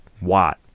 Watt